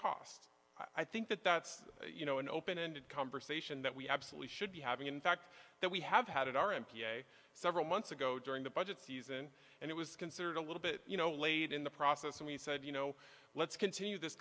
cost i think that that's you know an open ended conversation that we absolutely should be having in fact that we have had in our n p a several months ago during the budget season and it was considered a little bit you know late in the process and we said you know let's continue this